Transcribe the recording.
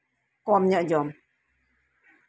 ᱠᱚᱢ ᱧᱚᱜ ᱡᱚᱢ